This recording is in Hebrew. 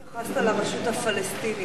לא התייחסת לרשות הפלסטינית.